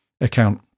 account